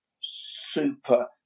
super